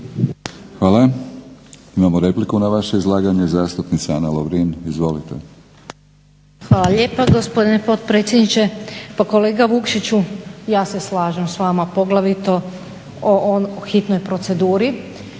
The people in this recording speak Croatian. Hvala. Imamo repliku na vaše izlaganje. Zastupnica Ana Lovrin. Izvolite. **Lovrin, Ana (HDZ)** Hvala lijepa gospodine potpredsjedniče. Pa kolega Vukšiću ja se slažem s vama poglavito o hitnoj proceduri.